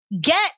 get